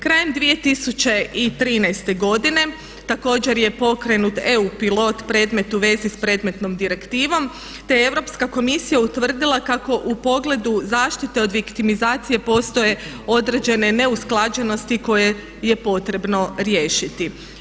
Krajem 2013. godine također je pokrenut EU pilot predmet u vezi s predmetnom direktivom, te je Europska komisija utvrdila kako u pogledu zaštite od viktimizacije postoje određene neusklađenosti koje je potrebno riješiti.